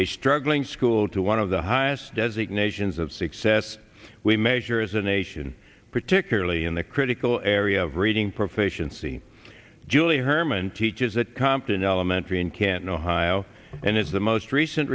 a struggling school to one of the highest designations of success we measure as a nation particularly in the critical area of reading proficiency julie hermann teaches that compton elementary in canton ohio and is the most recent